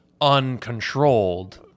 uncontrolled